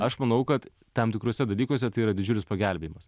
aš manau kad tam tikruose dalykuose tai yra didžiulis pagelbėjimas